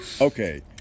okay